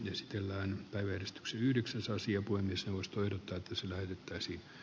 jos kellään tai veistoksia yhdeksäs asia kuin myös taustoja täytyisi levittäisi